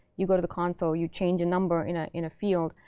you go to the console. you change a number in ah in a field.